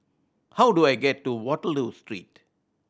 how do I get to Waterloo Street